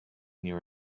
near